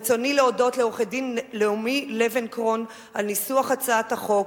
רצוני להודות לעורכת-דין נעמי לבנקרון על ניסוח הצעת החוק,